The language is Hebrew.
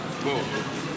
בוא.